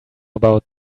about